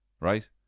Right